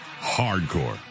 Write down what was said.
hardcore